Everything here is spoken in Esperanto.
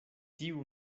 tiu